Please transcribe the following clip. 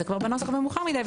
אז זה בנוסח ומאוחר מדיי.